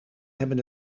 hebben